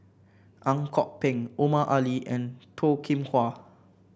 Ang Kok Peng Omar Ali and Toh Kim Hwa